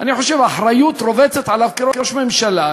אני חושב שהאחריות רובצת עליו כראש ממשלה